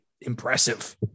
impressive